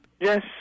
Yes